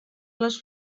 les